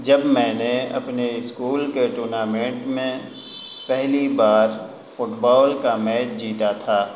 جب میں نے اپنے اسکول کے ٹورنامنٹ میں پہلی بار فٹبال کا میچ جیتا تھا